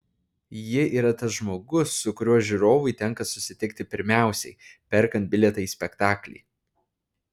ji yra tas žmogus su kuriuo žiūrovui tenka susitikti pirmiausiai perkant bilietą į spektaklį